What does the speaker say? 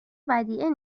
ودیعه